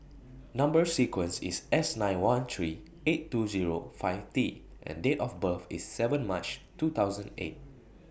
Number sequence IS S nine one three eight two Zero five T and Date of birth IS seven March two thousand eight